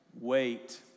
Wait